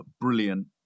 brilliant